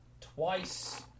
Twice